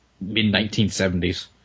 mid-1970s